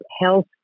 health